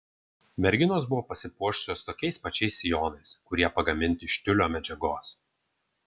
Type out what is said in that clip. merginos buvo pasipuošusios tokiais pačiais sijonais kurie pagaminti iš tiulio medžiagos